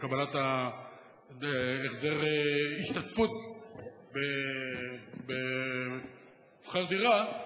על קבלת החזר השתתפות בשכר דירה,